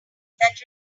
that